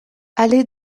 allée